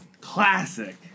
Classic